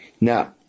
Now